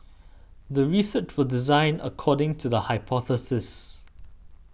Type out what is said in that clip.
the research was designed according to the hypothesis